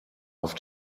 auf